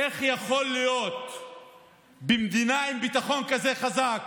איך יכול להיות שבמדינה עם ביטחון כזה חזק